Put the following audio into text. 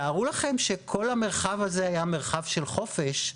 תתארו לכם שכל המרחב הזה היה מרחב של חופש,